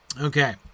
Okay